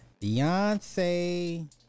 Beyonce